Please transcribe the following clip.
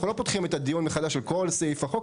אנחנו לא פותחים עכשיו את הדיון מחדש על כל סעיפי החוק,